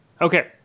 Okay